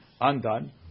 undone